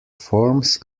forms